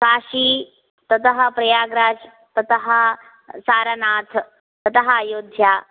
काशी ततः प्रयाग् राज् ततः सारानाथ् ततः अयोध्या